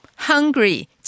Hungry